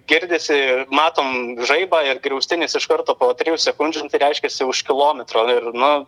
girdisi matom žaibą ir griaustinis iš karto po trijų sekundžių nu tai reiškiasi už kilometro ir nu